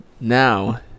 now